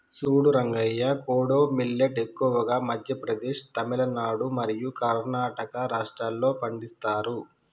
సూడు రంగయ్య కోడో మిల్లేట్ ఎక్కువగా మధ్య ప్రదేశ్, తమిలనాడు మరియు కర్ణాటక రాష్ట్రాల్లో పండిస్తారు